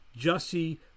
Jussie